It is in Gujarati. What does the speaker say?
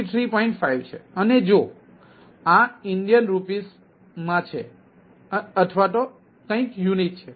5 છે અને જો આ INR ઠીક છે અથવા કંઈક યુનિટ છે